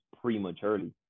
prematurely